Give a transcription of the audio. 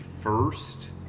first